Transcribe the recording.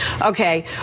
okay